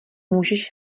můžeš